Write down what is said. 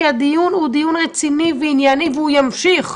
כי הדיון הוא דיון רציני וענייני והוא ימשיך,